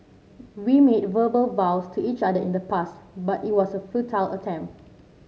we made verbal vows to each other in the past but it was a futile attempt